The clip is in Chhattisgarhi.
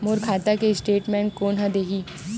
मोर खाता के स्टेटमेंट कोन ह देही?